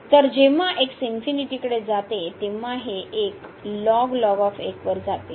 तर जेव्हा x कडे जाते तेव्हा हे 1 वर जाते